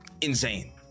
insane